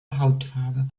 hautfarbe